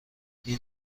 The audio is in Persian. این